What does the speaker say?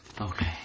Okay